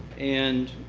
and